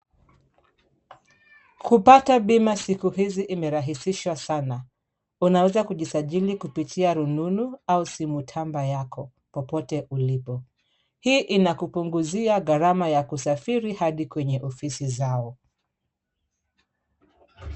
Kupata bima siku hizi imerahisishwa sana. Unaweza kujisajili kupitia rununu au simu tamba yako popote ulipo. Hii inakupunguzia gharama ya kusafiri hadi kwenye ofisi zao.